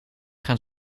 gaan